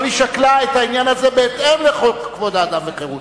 אבל היא שקלה את העניין הזה בהתאם לחוק כבוד האדם וחירותו.